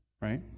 right